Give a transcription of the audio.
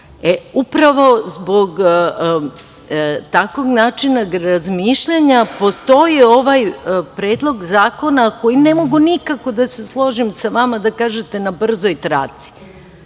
upravo zbog takvog načina razmišljanja postoji ovaj predlog zakona za koji ne mogu nikako da se složim sa vama da kažete na brzoj traci.